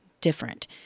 Different